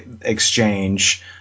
exchange